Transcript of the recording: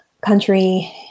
country